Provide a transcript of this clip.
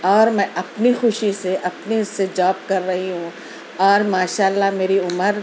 اور میں اپنی خوشی سے اپنے سے جاب کر رہی ہوں اور ماشاء اللہ میری عمر